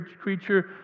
creature